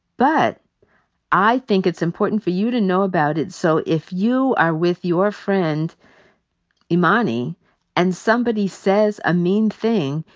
but i think it's important for you to know about it so if you are with your friend imani and somebody says a mean thing,